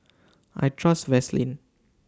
I Trust Vaselin